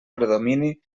predomini